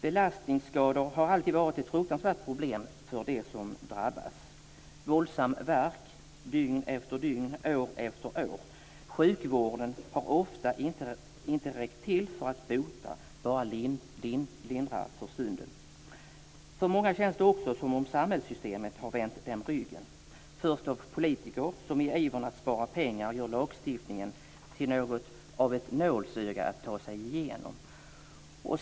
Belastningsskador har alltid varit ett fruktansvärt problem för dem som drabbas: våldsam värk dygn efter dygn, år efter år och sjukvården räcker ofta inte till för att bota, bara lindra för stunden. För många känns det också som att samhällssystemet har vänt dem ryggen. Politiker som i sin iver att spara pengar har gjort lagstiftningen till något av ett nålsöga att ta sig igenom.